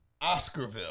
Oscarville